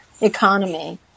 economy